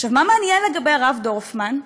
עכשיו, מה מעניין לגבי הרב דורפמן?